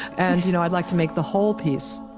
and you know, i'd like to make the whole piece.